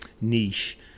niche